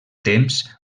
temps